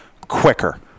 quicker